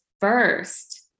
first